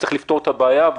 צריך לפתור את הבעיה,